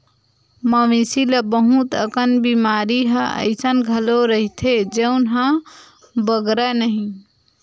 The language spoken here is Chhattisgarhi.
मवेशी ल बहुत अकन बेमारी ह अइसन घलो रहिथे जउन ह बगरय नहिं